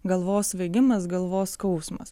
galvos svaigimas galvos skausmas